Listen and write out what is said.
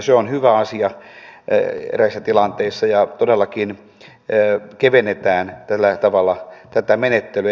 se on hyvä asia eräissä tilanteissa ja todellakin kevennetään tällä tavalla tätä menettelyä